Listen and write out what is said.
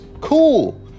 cool